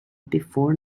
before